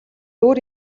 өөр